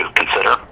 consider